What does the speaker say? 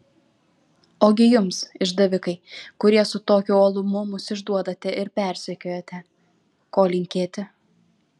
ogi jums išdavikai kurie su tokiu uolumu mus išduodate ir persekiojate ko linkėti